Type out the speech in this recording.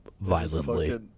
Violently